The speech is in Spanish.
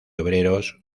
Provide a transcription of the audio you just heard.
obreros